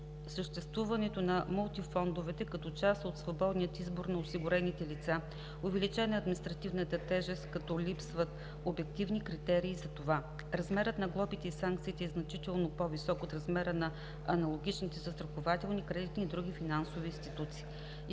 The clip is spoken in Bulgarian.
съществуването на „мултифондовете“ като част от свободния избор на осигурените лица. Увеличена е административната тежест, като липсват обективни критерии за това. Размерът на глобите и санкциите е значително по-висок от размера на аналогичните застрахователни, кредитни и други финансови институции.